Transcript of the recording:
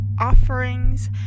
offerings